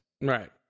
Right